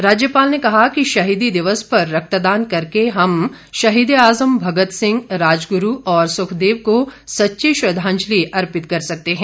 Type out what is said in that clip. राज्यपाल ने कहा कि शहीदी दिवस पर रक्तदान करके हम शहीद ए आज़म भक्त सिंह राजग़रू और सुखदेव को सच्ची श्रद्वाजंलि अर्पित कर सकते है